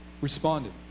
responded